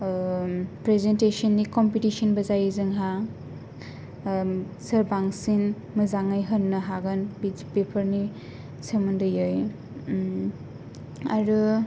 ओ प्रेजेनटेसननि कमपिटिसनबो जायो जोंहा सोर बांसिन मोजाङै होननो हागोन बेफोरनि सोमोन्दैयै आरो